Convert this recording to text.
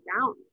down